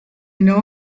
know